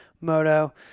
Moto